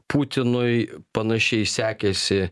putinui panašiai sekėsi